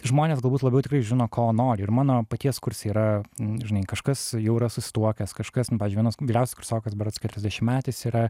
žmonės galbūt labiau tikrai žino ko nori ir mano paties kurse yra žinai kažkas jau yra susituokęs kažkas nu pavyzdžiui vienas vyriausias kursiokas berods keturiasdešimtmetis yra